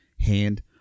hand